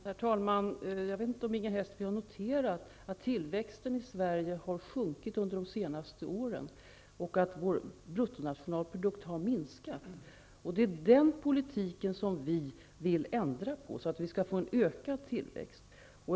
Herr talman! Jag vet inte om Inger Hestvik har noterat att tillväxten i Sverige har sjunkit under de senaste åren och att vår bruttonationalprodukt har minskat. Det är den politiken som vi vill ändra på så att vi skall få en ökad tillväxt.